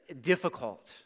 difficult